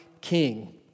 king